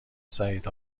سعید